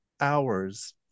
hours